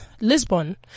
Lisbon